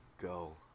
Go